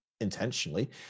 intentionally